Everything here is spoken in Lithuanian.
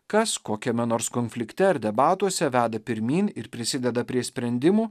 kas kokiame nors konflikte ar debatuose veda pirmyn ir prisideda prie sprendimų